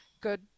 good